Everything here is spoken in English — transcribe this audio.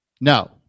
no